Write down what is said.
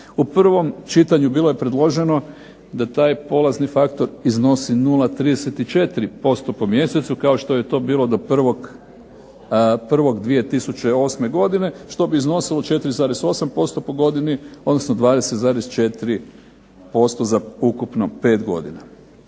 U prvom čitanju bilo je predloženo da taj polazni faktor iznosi 0,34% po mjesecu kao što je to bilo do 1.01.2008. godine što bi iznosilo 4,8% po godini, odnosno 20,4% za ukupno 5 godina.